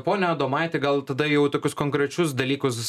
pone adomaiti gal tada jau tokius konkrečius dalykus